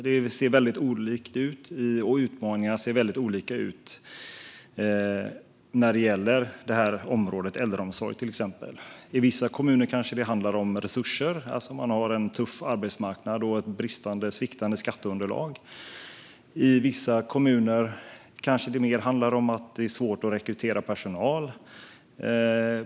Det ser väldigt olika ut, och utmaningarna ser väldigt olika ut på till exempel området äldreomsorg. I vissa kommuner kanske det handlar om resurser. Man har en tuff arbetsmarknad och ett sviktande skatteunderlag. I vissa kommuner kanske det mer handlar om att det är svårt att rekrytera personal.